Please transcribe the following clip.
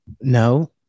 No